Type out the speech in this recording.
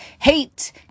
Hate